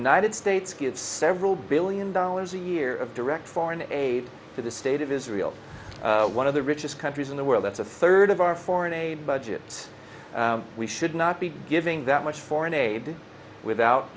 united states gets several billion dollars a year of direct foreign aid to the state of israel one of the richest countries in the world that's a third of our foreign aid budget we should not be giving that much foreign aid without